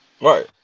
Right